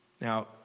now